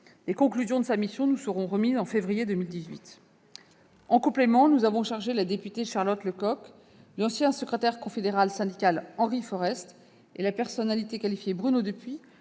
Les conclusions de cette mission nous seront remises en février 2018. En complément, nous avons chargé la députée Charlotte Lecocq, l'ancien secrétaire confédéral syndical Henri Forest et la personnalité qualifiée Bruno Dupuis